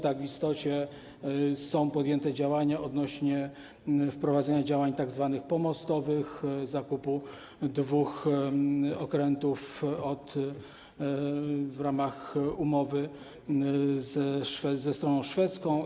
Tak, w istocie są podjęte działania odnośnie do wprowadzenia działań tzw. pomostowych, zakupu dwóch okrętów w ramach umowy ze stroną szwedzką.